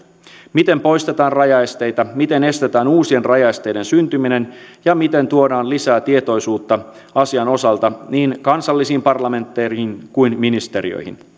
miten poistetaan rajaesteitä miten estetään uusien rajaesteiden syntyminen ja miten tuodaan lisää tietoisuutta asian osalta niin kansallisiin parlamentteihin kuin ministeriöihin